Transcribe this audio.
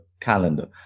calendar